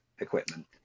equipment